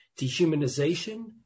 dehumanization